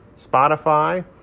Spotify